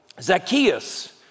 Zacchaeus